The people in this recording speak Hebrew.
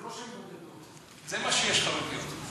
זה לא שהן בודדות, זה מה שיש, חרדיות.